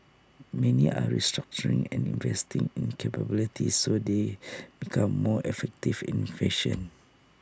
many are restructuring and investing in capabilities so they become more effective and efficient